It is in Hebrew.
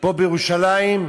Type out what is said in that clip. פה בירושלים.